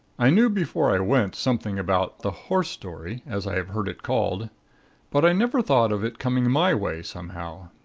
i knew before i went, something about the horse story as i have heard it called but i never thought of it coming my way, somehow.